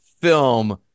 film